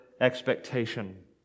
expectation